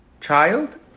child